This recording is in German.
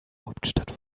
hauptstadt